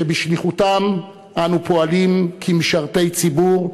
שבשליחותם אנו פועלים כמשרתי ציבור,